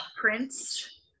Prince